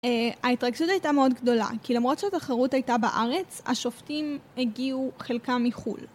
ההתרגשות הייתה מאוד גדולה, כי למרות שהתחרות הייתה בארץ, השופטים הגיעו חלקם מחול